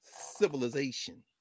Civilization